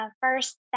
first